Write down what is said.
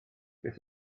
beth